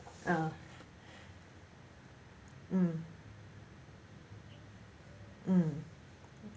uh mm mm